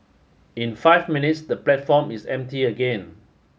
in five minutes the platform is empty again